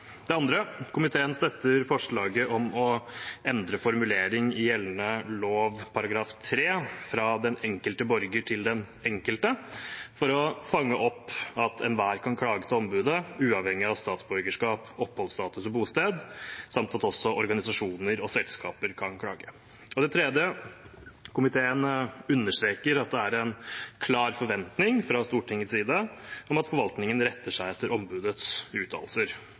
andre: Komiteen støtter forslaget om å endre formulering i gjeldende lov § 3, fra «den enkelte borger» til «den enkelte», for å fange opp at enhver kan klage til ombudet, uavhengig av statsborgerskap, oppholdsstatus og bosted, samt at også organisasjoner og selskaper kan klage. Den tredje: Komiteen understreker at det er en klar forventning fra Stortingets side om at forvaltningen retter seg etter ombudets uttalelser.